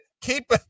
Keep